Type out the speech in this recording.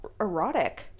erotic